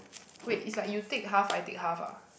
wait it's like you take half I take half ah